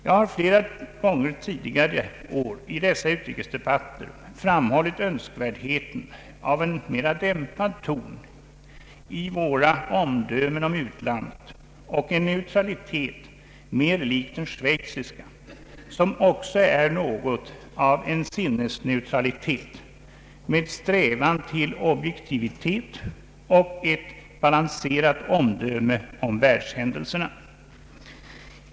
Jag har flera gånger under tidigare år i dessa utrikesdebatter framhållit önskvärdheten av en mera dämpad ton i våra omdömen om utlandet och en neutralitet mer lik den schweiziska, som också är något av en sinnesneutralitet med strävan till objektivitet och ett balanserat omdöme om världshändelserna.